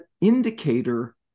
indicator